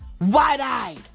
Wide-eyed